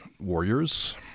warriors